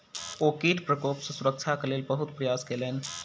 ओ कीट प्रकोप सॅ सुरक्षाक लेल बहुत प्रयास केलैन